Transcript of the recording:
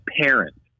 parent